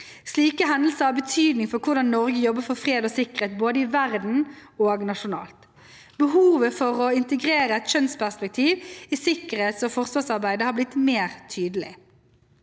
Slike hendelser har betydning for hvordan Norge jobber for fred og sikkerhet både i verden og nasjonalt. Behovet for å integrere et kjønnsperspektiv i sikkerhets- og forsvarsarbeidet har blitt mer tydelig.